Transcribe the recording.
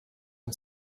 and